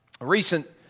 Recent